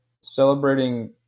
celebrating